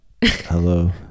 Hello